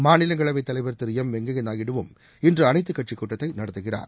மாநிலங்களவைத் தலைவா் திரு எம் வெங்கையா நாயுடுவும் இன்று அனைத்துக்கட்சி கூட்டத்தை நடத்துகிறார்